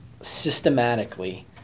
systematically